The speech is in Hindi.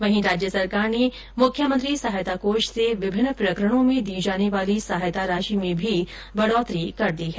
वहीं राज्य सरकार ने मुख्यमंत्री सहायता कोष से विभिन्न प्रकरणों में दी जाने वाली सहायता राशि में भी बढोतरी कर दी है